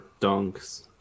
dunks